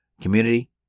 community